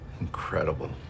incredible